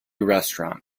restaurant